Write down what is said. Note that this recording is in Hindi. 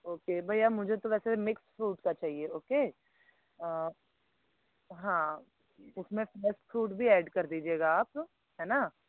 भैया मुझे तो वैसे मिक्स फ्रूट का चाहिए ओके हाँ उसमें फ्रेस फ्रूट भी एड कर दीजिएगा आप है ना